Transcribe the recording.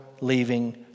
Leaving